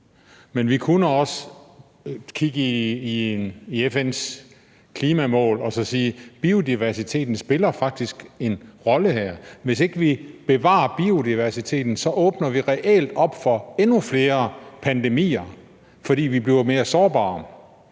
men vi kunne også kigge på FN's klimamål og sige, at biodiversiteten faktisk spiller en rolle her, for hvis ikke vi bevarer biodiversiteten, åbner vi reelt op for endnu flere pandemier, fordi vi bliver mere sårbare.